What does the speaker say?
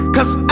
Cause